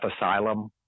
Asylum